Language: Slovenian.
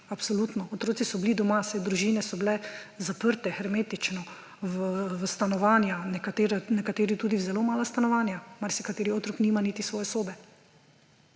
Absolutno! Otroci so bili doma, saj družine so bile zaprte hermetično v stanovanja, nekateri tudi v zelo mala stanovanja ‒ marsikateri otrok nima niti svoje sobe.